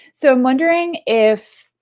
so i'm wondering if